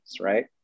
right